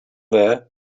there